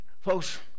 folks